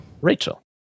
Rachel